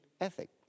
ethic